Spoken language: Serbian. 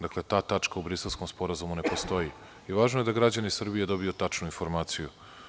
Dakle, ta tačka u Briselskom sporazumu ne postoji i važno je da građani Srbije dobiju tačnu informaciju.